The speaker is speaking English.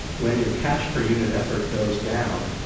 when your catch per unit effort goes down,